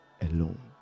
alone